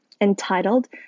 Entitled